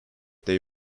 they